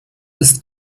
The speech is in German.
ist